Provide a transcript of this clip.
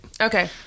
okay